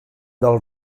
del